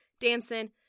Dancing